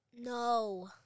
No